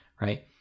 Right